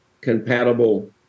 compatible